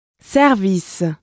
Service